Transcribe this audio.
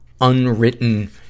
unwritten